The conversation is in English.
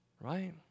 right